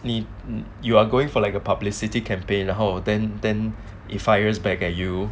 你 you you're going for like a publicity campaign 然后 then then he fires back at you